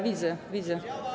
Widzę, widzę.